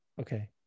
Okay